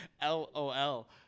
L-O-L